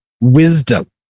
Wisdom